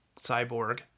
cyborg